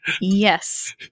Yes